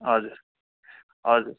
हजुर हजुर